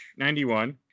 91